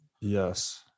Yes